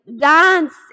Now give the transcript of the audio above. dance